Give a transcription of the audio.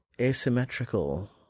asymmetrical